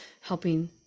helping